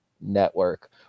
Network